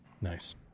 Nice